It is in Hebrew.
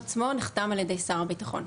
ב"ה: הצו עצמו נחתם על ידי שר הביטחון.